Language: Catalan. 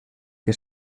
que